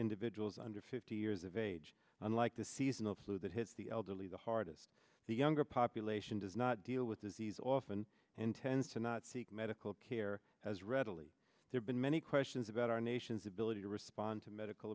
individuals under fifty years of age unlike the seasonal flu that hits the elderly the hardest the younger population does not deal with disease often intends to not seek medical care as readily there been many questions about our nation's ability to respond to medical